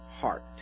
heart